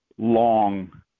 long